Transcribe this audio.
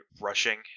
rushing